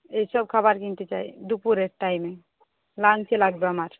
এই সব খাবার কিনতে চাই দুপুরের টাইমে লাঞ্চে লাগবে আমার